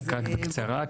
רק בקצרה,